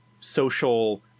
social